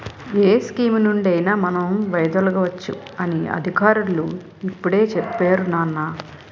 ఏ స్కీమునుండి అయినా మనం వైదొలగవచ్చు అని అధికారులు ఇప్పుడే చెప్పేరు నాన్నా